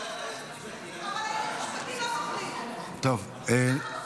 אבל הייעוץ המשפטי לא מחליט, אנחנו מחליטים.